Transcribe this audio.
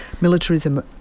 Militarism